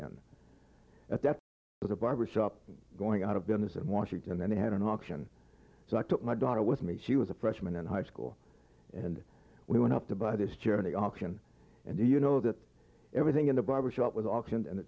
a barber shop going out of business in washington and then they had an auction so i took my daughter with me she was a freshman in high school and we went up to buy this charity auction and you know that everything in the barbershop with auction and the